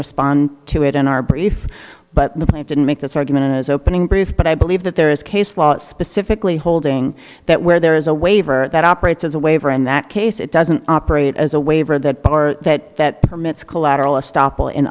respond to it in our brief but then i didn't make this argument as opening brief but i believe that there is case law specifically holding that where there is a waiver that operates as a waiver in that case it doesn't operate as a waiver of that bar that that permits collateral